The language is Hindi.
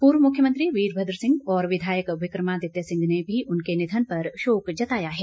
पूर्व मुख्यमंत्री वीरभद्र सिंह और विधायक विक्रमादित्य सिंह ने भी उनके निधन पर शोक जताया है